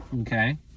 okay